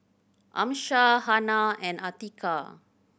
Amsyar Hana and Atiqah